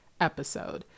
episode